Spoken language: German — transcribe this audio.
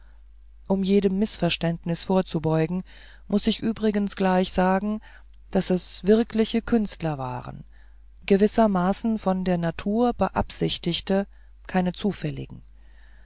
um jedem mißverständnis vorzubeugen muß ich übrigens gleich sagen daß es wirkliche künstler waren gewissermaßen von der natur beabsichtigte keine zufälligen